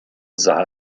sah